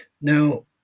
Now